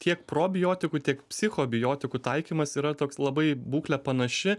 tiek probiotikų tiek psichobiotikų taikymas yra toks labai būklė panaši